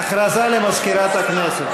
הודעה למזכירת הכנסת.